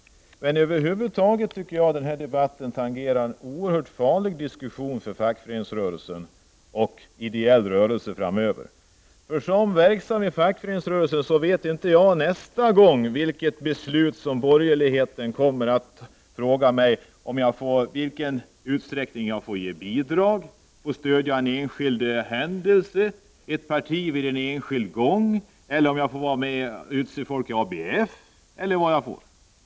Jag tycker över huvud taget att den här debatten tangerar en för fackföreningsrörelsen och ideella rörelser oerhört farlig diskussion. Som verksam inom fackföreningsrörelsen vet jag inte vilken fråga borgerligheten nästa gång kommer att ta upp. Jag vet inte i vilken utsträckning jag får ge bidrag, stödja en enskild händelse, stödja ett parti en enskild gång eller om jag får vara med och utse folk i ABF.